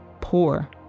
poor